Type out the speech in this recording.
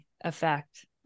effect